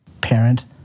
parent